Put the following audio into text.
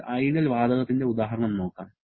ഒരു ഐഡിയൽ വാതകത്തിന്റെ ഉദാഹരണം നോക്കാം